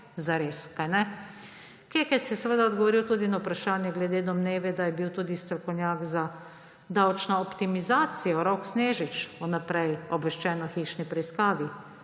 zares, kaj ne? Kekec je seveda odgovoril tudi na vprašanje glede domneve, da je bil tudi strokovnjak za davčno optimizacijo Rok Snežič vnaprej obveščen o hišni preiskavi.